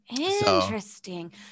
Interesting